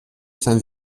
saint